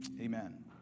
Amen